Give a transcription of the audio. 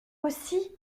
aussi